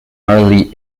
early